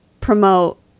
promote